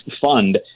fund